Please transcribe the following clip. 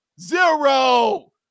zero